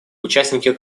участники